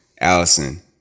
Allison